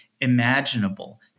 imaginable